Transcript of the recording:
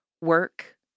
work